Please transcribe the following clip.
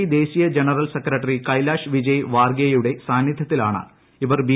P ദേശീയ general secretary Kailash Vijay വാർഗിയയുടെ സാന്നിധ്യത്തിലാണ് ഇവർ ബി